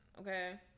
Okay